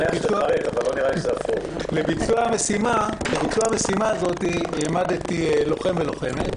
לביצוע המשימה הזאת העמדתי לוחם ולוחמת